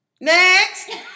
next